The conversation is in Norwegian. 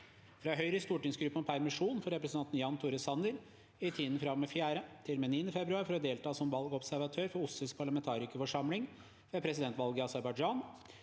fra Høyres stortingsgruppe om permisjon for representanten Jan Tore Sanner i tiden fra og med 4. til og med 9. februar for å delta som valgobservatør for OSSEs parlamentarikerforsamling ved presidentvalget i Aserbajdsjan.